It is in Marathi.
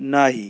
नाही